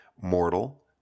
mortal